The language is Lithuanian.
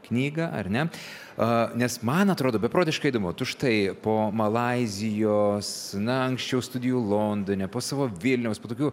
knygą ar ne a nes man atrodo beprotiškai įdomu tu štai po malaizijos na anksčiau studijų londone po savo vilniaus po tokių